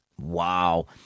Wow